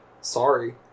sorry